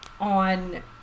on